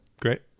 Great